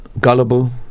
gullible